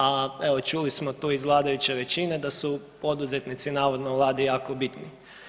A evo čuli smo tu iz vladajuće većine da su poduzetnici navodno Vladi jako bitno.